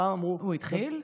פעם אמרו, הוא התחיל?